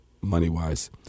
money-wise